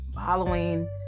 Halloween